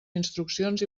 instruccions